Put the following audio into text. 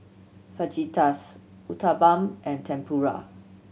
Fajitas Uthapam and Tempura